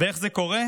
ואיך זה קורה?